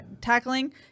tackling